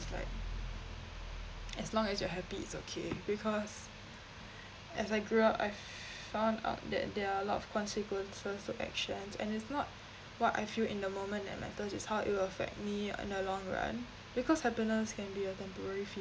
it's like as long as you're happy it's okay because as I grew up I found out that there are a lot of consequences to actions and it's not what I feel in the moment that matters is how it will affect me in the long run because happiness can be a temporary